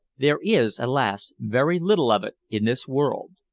there is, alas! very little of it in this world.